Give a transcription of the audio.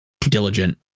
diligent